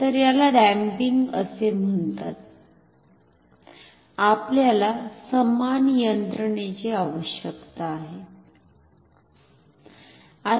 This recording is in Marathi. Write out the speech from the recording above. तर याला डॅम्पिंग असे म्हणतात आपल्याला समान यंत्रणेची आवश्यकता आहे